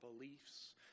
beliefs